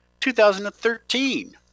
2013